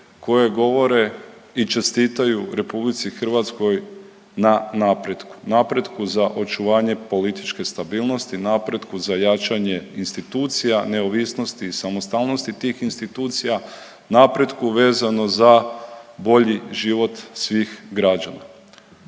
koje govore i čestitaju RH na napretku, napretku za očuvanje političke stabilnosti, napretku za jačanje institucija, neovisnosti i samostalnosti tih institucija, napretku vezano za bolji život svih građana.